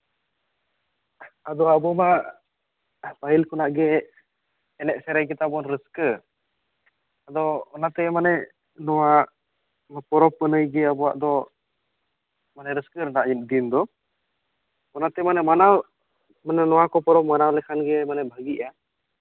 ᱟᱫᱚ ᱟᱵᱚ ᱢᱟ ᱯᱟᱹᱦᱤᱞ ᱠᱷᱚᱱᱟᱜ ᱜᱮ ᱮᱱᱮᱡ ᱥᱮᱨᱮᱧ ᱜᱮᱛᱟᱵᱚᱱ ᱨᱟᱹᱥᱠᱟᱹ ᱟᱫᱚ ᱚᱱᱟᱛᱮ ᱢᱟᱱᱮ ᱱᱚᱣᱟ ᱯᱚᱨᱚᱵᱽ ᱯᱩᱱᱟᱹᱭᱜᱮ ᱟᱵᱚᱣᱟᱜ ᱫᱚ ᱢᱟᱱᱮ ᱨᱟᱹᱥᱠᱟᱹ ᱨᱮᱱᱟᱜ ᱫᱤᱱ ᱫᱚ ᱚᱱᱟᱛᱮ ᱢᱟᱱᱮ ᱢᱟᱱᱟᱣ ᱱᱚᱣᱟ ᱠᱚ ᱯᱚᱨᱚᱵᱽ ᱢᱟᱱᱟᱣ ᱞᱮᱠᱷᱟᱱᱜᱮ ᱵᱷᱟᱹᱜᱤᱜᱼᱟ